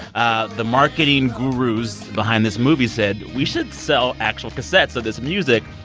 ah the marketing gurus behind this movie said, we should sell actual cassettes of this music.